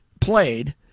played